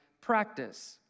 practice